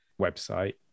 website